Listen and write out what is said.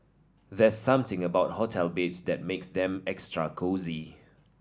there's something about hotel beds that makes them extra cosy